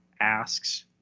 asks